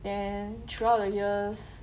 then throughout the years